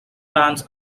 bands